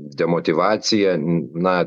demotyvacija na